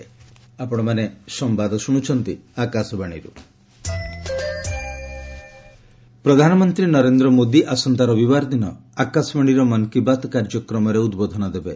PM Mann Ki Baat ପ୍ରଧାନମନ୍ତ୍ରୀ ନରେନ୍ଦ୍ର ମୋଦି ଆସନ୍ତା ରବିବାର ଦିନ ଆକାଶବାଣୀର ମନ୍ କି ବାତ୍ କାର୍ଯ୍ୟକ୍ରମରେ ଉଦ୍ବୋଧନ ଦେବେ